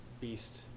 beast